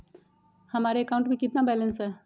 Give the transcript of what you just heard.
हमारे अकाउंट में कितना बैलेंस है?